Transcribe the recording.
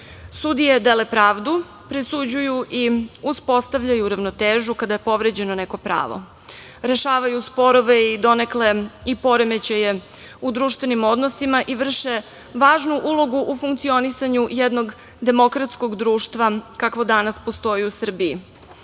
mestu. Sudije dele pravdu, presuđuju i uspostavljaju ravnotežu kada je povređeno neko pravo, rešavaju sporove i donekle i poremećaje u društvenim odnosima i vrše važnu ulogu u funkcionisanju jednog demokratskog društva kakvo danas postoji u Srbiji. Mi